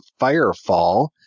Firefall